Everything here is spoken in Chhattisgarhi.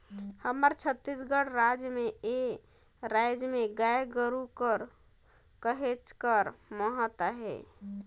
हमर छत्तीसगढ़ राज में ए राएज में गाय गरू कर कहेच कर महत अहे